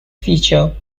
feature